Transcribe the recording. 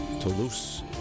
Toulouse